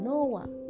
Noah